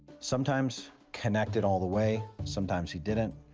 sometimes connected all the way, sometimes he didn't.